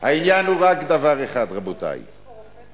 יש פה רופא פנוי?